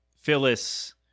Phyllis